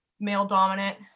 male-dominant